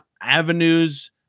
avenues